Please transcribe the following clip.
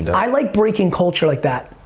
i like breaking culture like that.